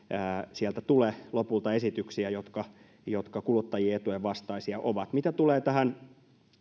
sieltä tule lopulta esityksiä jotka ovat kuluttajien etujen vastaisia mitä tulee tähän